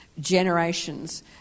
generations